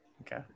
Okay